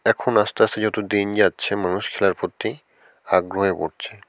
এখন আস্তে আস্তে যত দিন যাচ্ছে মানুষ খেলার প্রতি আগ্রহী হয়ে পড়ছে